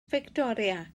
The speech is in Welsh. fictoria